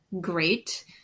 great